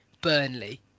Burnley